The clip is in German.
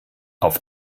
auf